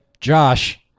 Josh